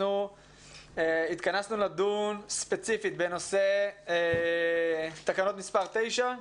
התכנסנו לדון ספציפית בנושא תקנות מספר 9,